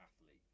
athlete